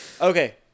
Okay